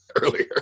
earlier